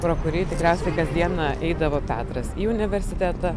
pro kurį tikriausiai kasdieną eidavo petras į universitetą